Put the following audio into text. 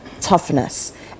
toughness